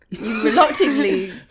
reluctantly